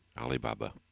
Alibaba